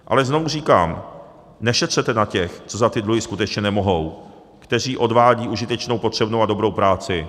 Ale znovu říkám, nešetřete na těch, co za ty dluhy skutečně nemohou, kteří odvádějí užitečnou, potřebnou a dobrou práci.